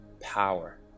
power